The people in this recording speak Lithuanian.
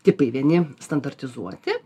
tipai vieni standartizuoti